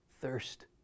thirst